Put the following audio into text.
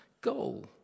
goal